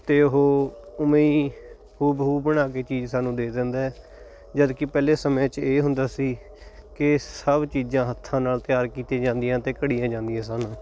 ਤੇ ਉਹ ਉਵੇਂ ਹੀ ਹੂਬਹੂ ਬਣਾ ਕੇ ਚੀਜ਼ ਸਾਨੂੰ ਦੇ ਦਿੰਦਾ ਜਦਕਿ ਪਹਿਲੇ ਸਮੇਂ ਚ ਇਹ ਹੁੰਦਾ ਸੀ ਕਿ ਸਭ ਚੀਜ਼ਾਂ ਹੱਥਾਂ ਨਾਲ ਤਿਆਰ ਕੀਤੀਆਂ ਜਾਂਦੀਆਂ ਤੇ ਘੜੀਆਂ ਜਾਂਦੀਆਂ ਸਨ